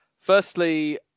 Firstly